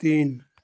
तीन